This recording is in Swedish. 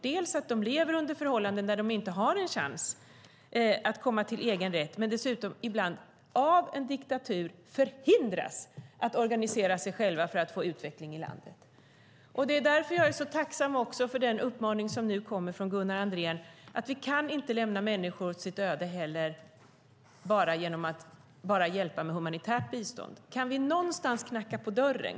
Dels lever de under förhållanden där de inte har någon chans att komma till egen rätt, dels förhindras de ibland av en diktatur att organisera sig själva för att få utveckling i landet. Därför är jag tacksam för den uppmaning som nu kommer från Gunnar Andrén att vi inte kan lämna människor åt sitt öde genom att bara hjälpa med humanitärt bistånd. Kan vi någonstans knacka på dörren?